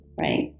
right